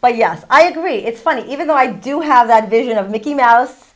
by yes i agree it's funny even though i do have that vision of mickey mouse